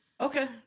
Okay